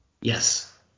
Yes